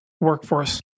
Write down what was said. workforce